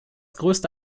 größte